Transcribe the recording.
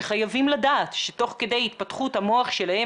שחייבים לדעת שתוך כדי התפתחות המוח שלהם,